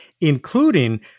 including